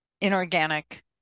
inorganic